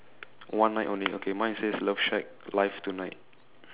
one night only okay mine says love shack live tonight